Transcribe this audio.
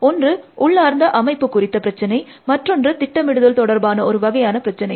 ஒன்று உள்ளார்ந்த அமைப்பு குடித்த பிரச்சினை மற்றொன்று திட்டமிடுதல் தொடர்பான ஒரு வகையான பிரச்சினை